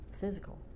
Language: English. physical